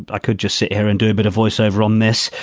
i could just sit here and do a bit of voiceover on this,